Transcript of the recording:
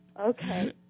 Okay